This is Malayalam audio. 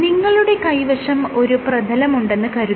നിങ്ങളുടെ കൈവശം ഒരു പ്രതലമുണ്ടെന്ന് കരുതുക